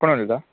कोण उलयता